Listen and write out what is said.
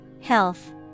Health